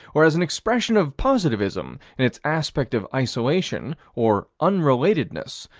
or as an expression of positivism in its aspect of isolation, or unrelatedness,